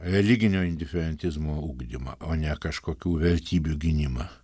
religinio indiferentizmo ugdymą o ne kažkokių vertybių gynimą